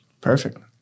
Perfect